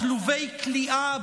בכלובי כליאה,